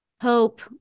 Hope